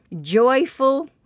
joyful